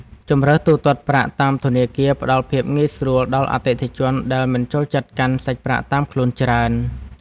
ជម្រើសទូទាត់ប្រាក់តាមធនាគារផ្ដល់ភាពងាយស្រួលដល់អតិថិជនដែលមិនចូលចិត្តកាន់សាច់ប្រាក់តាមខ្លួនច្រើន។